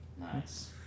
Nice